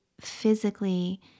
physically